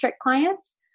clients